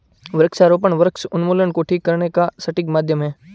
वृक्षारोपण वृक्ष उन्मूलन को ठीक करने का सबसे सटीक माध्यम है